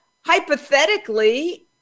Hypothetically